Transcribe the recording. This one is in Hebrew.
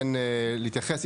כן להתייחס,